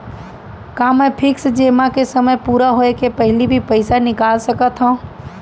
का मैं फिक्स जेमा के समय पूरा होय के पहिली भी पइसा निकाल सकथव?